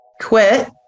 quit